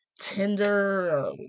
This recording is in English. Tinder